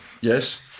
Yes